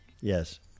Yes